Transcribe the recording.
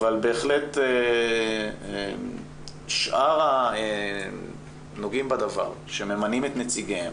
אבל בהחלט שאר הנוגעים בדבר שממנים את נציגיהם,